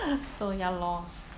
so ya lor